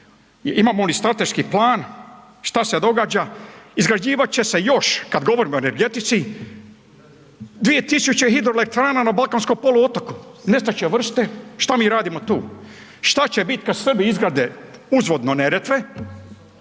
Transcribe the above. Imamo li strateški plan, šta se događa? Izgrađivat će se još kada govorimo o energetici 2000 hidroelektrana na Balkanskom poluotoku, nestat će vrste. Šta mi radimo tu? Šta će biti kada Srbi izgrade uvodno Neretve